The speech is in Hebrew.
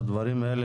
את הדברים האלה,